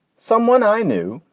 someone i knew.